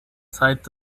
zeit